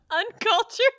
Uncultured